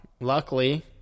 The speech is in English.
luckily